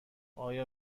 آیا